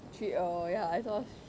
three uh ya I saw